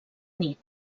nit